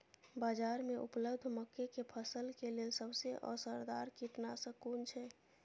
बाज़ार में उपलब्ध मके के फसल के लेल सबसे असरदार कीटनाशक कुन छै?